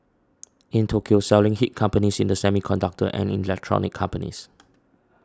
in Tokyo selling hit companies in the semiconductor and electronics companies